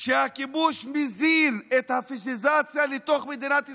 שהכיבוש מזין את הפשיזציה לתוך מדינת ישראל.